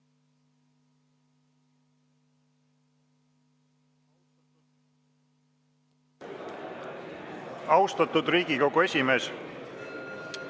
Austatud Riigikogu esimees!